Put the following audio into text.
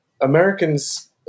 Americans